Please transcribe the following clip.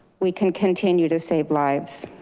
we can continue to save lives.